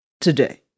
today